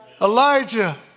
Elijah